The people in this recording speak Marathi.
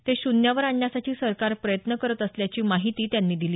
ते शून्यावर आणण्यासाठी सरकार प्रयत्न करत असल्याची माहिती त्यांनी दिली